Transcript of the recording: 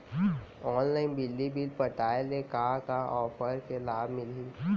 Online बिजली bill पटाय ले का का ऑफ़र के लाभ मिलही?